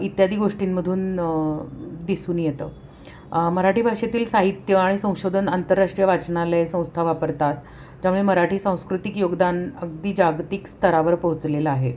इत्यादी गोष्टींमधून दिसून येतं मराठी भाषेतील साहित्य आणि संशोधन आंतरराष्ट्रीय वाचनालय संस्था वापरतात ज्यामुळे मराठी सांस्कृतिक योगदान अगदी जागतिक स्तरावर पोहोचलेलं आहे